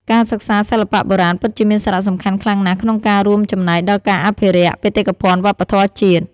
ការសិក្សាសិល្បៈបុរាណពិតជាមានសារៈសំខាន់ខ្លាំងណាស់ក្នុងការ រួមចំណែកដល់ការអភិរក្ស បេតិកភណ្ឌវប្បធម៌ជាតិ។